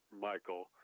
Michael